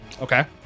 Okay